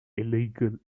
illegal